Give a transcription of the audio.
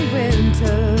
winter